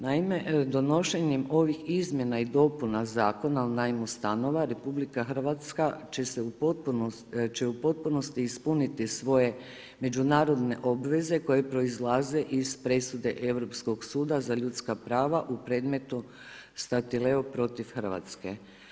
Naime, donošenjem ovih izmjena i dopuna zakona o najmu stanova Republika Hrvatska će u potpunosti ispuniti svoje međunarodne obveze koje proizlaze iz presude Europskog suda za ljudska prava u predmetu Statileo protiv Hrvatske.